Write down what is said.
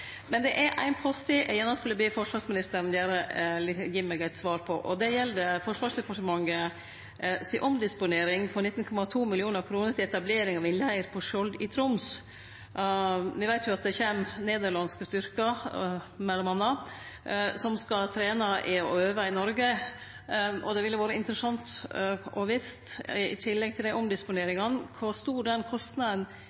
Det er éin post til eg gjerne skulle bedt forsvarsministeren gi meg eit svar på. Det gjeld omdisponeringa på 19,2 mill. kr til etablering av ein leir på Skjold i Troms. Vi veit jo at det m.a. kjem nederlandske styrkar som skal trene og øve i Noreg, og det ville vore interessant å vite – i tillegg til